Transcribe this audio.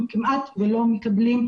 אנחנו כמעט לא מקבלים,